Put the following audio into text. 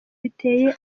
biteye